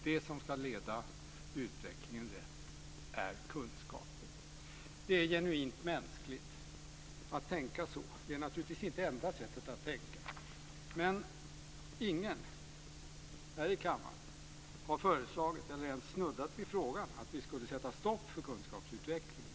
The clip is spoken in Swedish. Det som ska leda utvecklingen rätt är kunskapen. Det är genuint mänskligt att tänka så men det är naturligtvis inte det enda sättet att tänka. Ingen i denna kammare har föreslagit, eller ens snuddat vid frågan, att vi skulle sätta stopp för kunskapsutvecklingen.